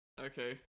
okay